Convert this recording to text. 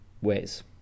ways